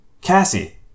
Cassie